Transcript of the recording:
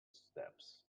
steps